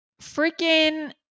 freaking